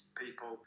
people